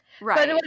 Right